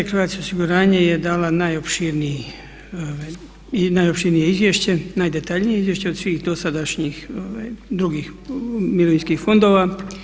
PBZ Croatia osiguranje je dala najopširnije izvješćem, najdetaljnije izvješće od svih dosadašnjih drugih mirovinskih fondova.